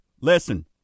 Listen